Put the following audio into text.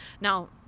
now